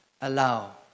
allow